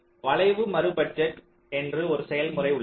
வளைவு மறு பட்ஜெட் என்ற ஒரு செயல்முறை உள்ளது